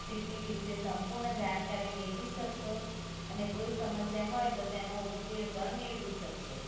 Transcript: સ્થિતિ વિષે સંપૂર્ણ જાણકારી મેળવી શકશો અને કોઈ સમસ્યા હોય તો તેનો ઉકેલ પણ મેળવી શકશો